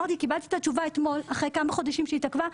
אמרתי לה קיבלתי את התשובה אתמול אחרי כמה חודשים שהיא התעכבה,